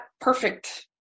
perfect